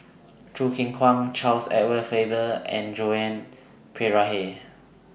Choo Keng Kwang Charles Edward Faber and Joan Pereira